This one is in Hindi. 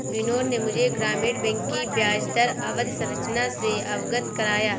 बिनोद ने मुझे ग्रामीण बैंक की ब्याजदर अवधि संरचना से अवगत कराया